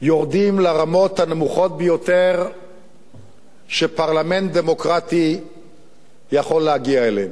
יורדים לרמות הנמוכות ביותר שפרלמנט דמוקרטי יכול להגיע אליהן,